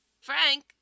Frank